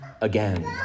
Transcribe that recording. again